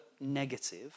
negative